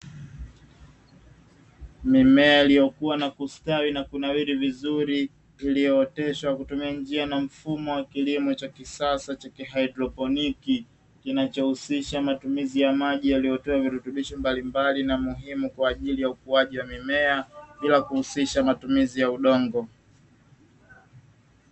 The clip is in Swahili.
Mimea iliyokua na kustawi na kunawiri vizuri iliyooteshwa kwa kutumia njia na mfumo wa kilimo cha kisasa cha haidroponi, kinachohusisha matumizi ya maji yaliyotoa virutubisho mbalimbali na muhimu kwa ajili ya ukuaji wa mimea bila kuhusisha matumizi ya udongo.